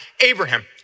Abraham